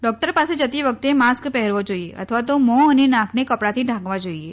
doctor પાસે જતી વખતે માસ્ક પહેરવો જોઈએ અથવા તો મ્ફો અને નાકને કપડાથી ઢાંકવા જોઈએ